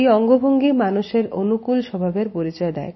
এই অঙ্গভঙ্গি মানুষের অনুকূল স্বভাবের পরিচয় দেয়